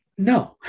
No